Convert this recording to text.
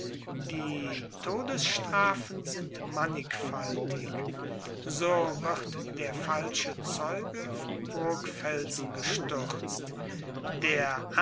die todesstrafen sind mannigfaltig so wird der falsche zeuge vom burgfelsen gestuerzt der